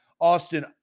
Austin